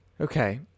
Okay